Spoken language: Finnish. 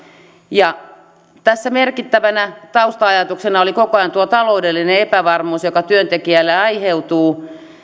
ja tässä merkittävänä tausta ajatuksena oli koko ajan tuo taloudellinen epävarmuus joka työntekijälle aiheutuu